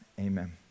Amen